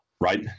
right